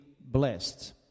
blessed